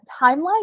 timeline